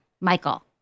Michael